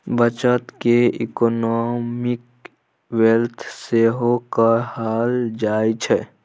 बचत केँ economic wealth सेहो कहल जाइ छै